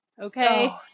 Okay